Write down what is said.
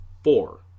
Four